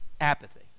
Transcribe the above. Apathy